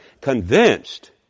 convinced